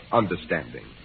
understanding